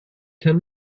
ten